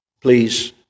Please